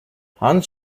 hans